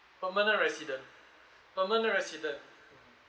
permanent resident permanent resident